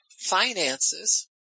finances